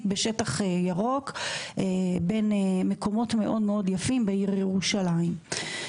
בשטח ירוק בין מקומות מאוד מאוד יפים בעיר ירושלים.